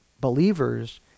believers